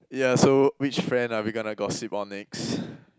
yeah so which friend are we gonna gossip on next